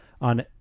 on